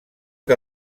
que